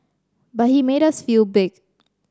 but he made us feel big